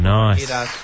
nice